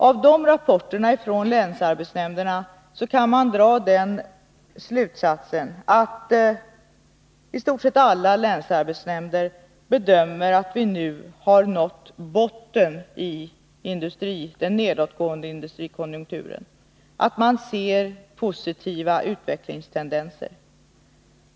Av dessa rapporter från länsarbetsnämnderna kan man dra den slutsatsen att i stort sett alla länsarbetsnämnder bedömer att vi har nått botten i den nedåtgående industrikonjunkturen. Man ser positiva utvecklingstendenser.